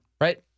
Right